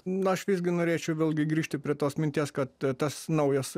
na aš visgi norėčiau vėlgi grįžti prie tos minties kad tas naujas